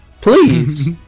please